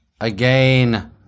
again